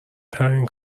ترین